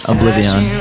Oblivion